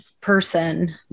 person